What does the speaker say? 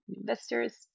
investors